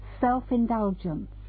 self-indulgence